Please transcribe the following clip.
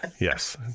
Yes